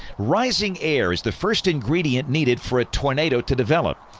rising air is the first ingredient needed for a tornado to develop.